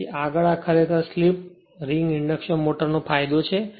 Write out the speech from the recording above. તેથી આગળ આ ખરેખર સ્લિપ રીંગ ઇન્ડક્શન મોટરનો ફાયદો છે